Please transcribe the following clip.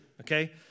okay